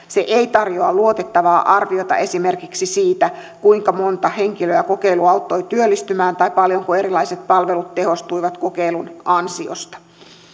se ei tarjoa luotettavaa arviota esimerkiksi siitä kuinka monta henkilöä kokeilu auttoi työllistymään tai paljonko erilaiset palvelut tehostuivat kokeilun ansiosta